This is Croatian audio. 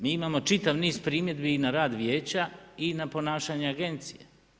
Mi imamo čitav niz primjedbi na rad Vijeća i na ponašanje Agencije.